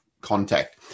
contact